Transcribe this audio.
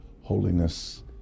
holiness